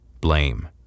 Blame